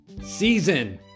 season